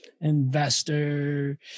investor